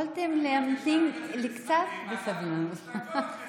יכולתם להמתין קצת בסבלנות.